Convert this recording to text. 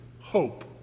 hope